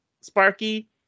Sparky